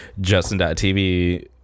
justin.tv